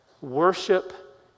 worship